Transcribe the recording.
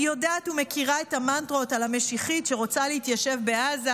אני יודעת ומכירה את המנטרות על המשיחית שרוצה להתיישב בעזה,